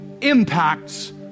impacts